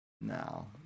now